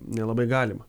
nelabai galima